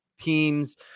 teams